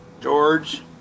George